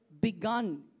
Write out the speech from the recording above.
begun